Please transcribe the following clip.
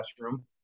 classroom